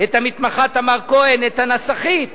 את המתמחה תמר כהן, את הנסחית